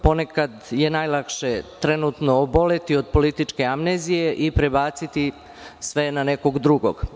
Ponekad je najlakše trenutno oboleti od političke amnezije i prebaciti sve na nekog drugog.